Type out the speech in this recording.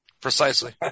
Precisely